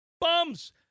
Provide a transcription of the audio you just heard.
bums